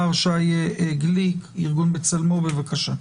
מר שי גליק מארגון בצלמו, בבקשה.